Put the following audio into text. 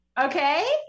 okay